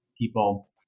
people